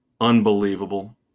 Unbelievable